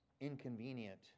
inconvenient